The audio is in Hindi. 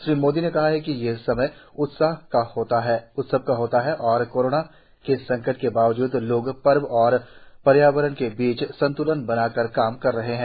श्री मोदी ने कहा कि ये समय उत्सव का होता है और कोरोना के संकट के बावजूद लोग पर्व और पर्यावरण के बीच संत्लन बनाकर काम कर रहे हैं